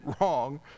wrong